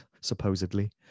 supposedly